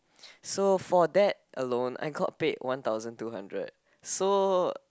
so for that alone I got paid one thousand two hundred so